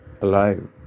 alive